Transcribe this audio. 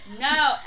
No